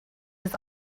his